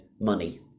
money